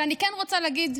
אבל אני כן רוצה להגיד,